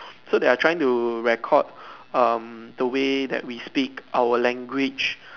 so they are trying to record um the way that we speak our language